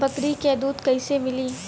बकरी क दूध कईसे मिली?